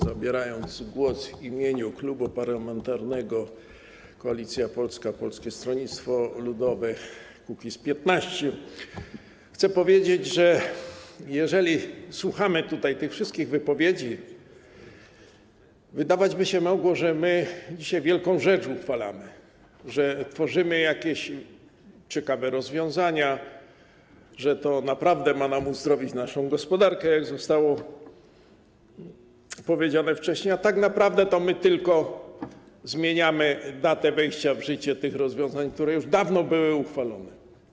Zabierając głos w imieniu Klubu Parlamentarnego Koalicja Polska - Polskie Stronnictwo Ludowe - Kukiz15, chcę powiedzieć, że jeżeli słuchamy tych wszystkich wypowiedzi, to wydawać by się mogło, że dzisiaj uchwalamy wielką rzecz, że tworzymy jakieś ciekawe rozwiązania, że to naprawdę ma uzdrowić naszą gospodarkę, jak zostało powiedziane wcześniej, a tak naprawdę my tylko zmieniamy datę wejścia w życie rozwiązań, które już dawno były uchwalone.